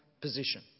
position